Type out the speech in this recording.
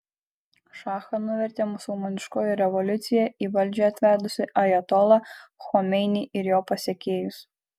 šachą nuvertė musulmoniškoji revoliucija į valdžią atvedusi ajatolą chomeinį ir jo pasekėjus